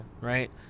right